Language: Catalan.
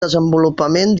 desenvolupament